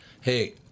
Hey